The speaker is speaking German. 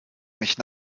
mich